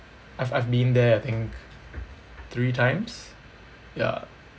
I've I've been there I think three times ya